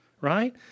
right